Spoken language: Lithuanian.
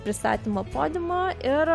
pristatymo podiumo ir